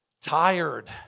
tired